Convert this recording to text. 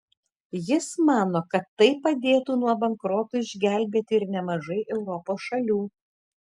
jis mano kad tai padėtų nuo bankroto išgelbėti ir nemažai europos šalių